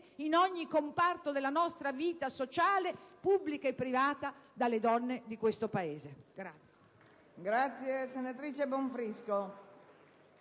in ogni comparto della nostra vita sociale, pubblica e privata, dalle donne di questo Paese.